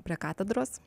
prie katedros